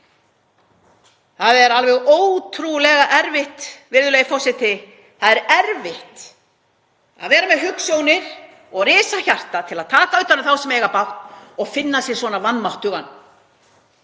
Það er alveg ótrúlega erfitt, virðulegi forseti, að vera með hugsjónir og risahjarta til að taka utan um þá sem eiga bágt og finna sig svona vanmáttugan.